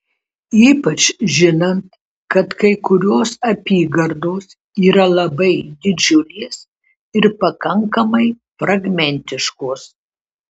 ypač žinant kad kai kurios apygardos yra labai didžiulės ir pakankamai fragmentiškos